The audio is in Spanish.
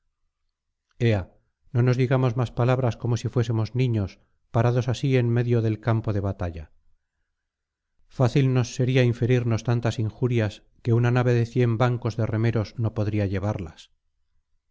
no nos digamos más palabras como si fuésemos niños parados así en medio del campo de batalla fácil nos sería inferirnos tantas injurias que una nave de cien bancos de remeros no podría llevarlas